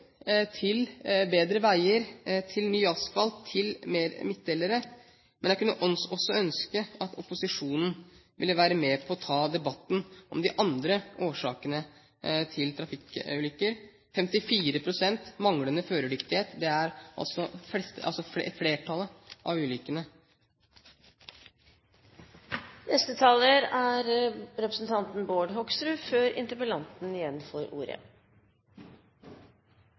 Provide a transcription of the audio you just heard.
til bedre veier, til ny asfalt, til flere midtdelere, men jeg kunne også ønske at opposisjonen ville være med på å ta debatten om de andre årsakene til trafikkulykker. 54 pst. skyldes manglende førerdyktighet – det er altså flertallet av ulykkene. Først har jeg lyst til å si at det er en kjempeviktig interpellasjon som interpellanten har tatt opp, og et